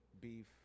beef